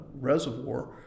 reservoir